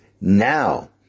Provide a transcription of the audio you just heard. now